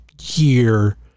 year